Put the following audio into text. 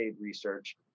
research